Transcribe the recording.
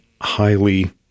highly